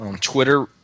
Twitter